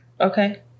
Okay